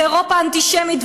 ואירופה אנטישמית,